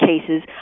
cases